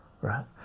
right